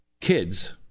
kids